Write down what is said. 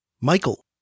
Michael